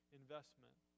investment